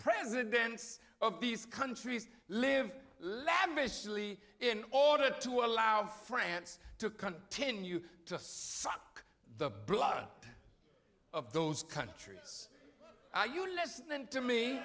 presidents of these countries live lavishly in order to allow france to continue to suck the blood of those countries are you listening to me